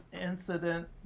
incident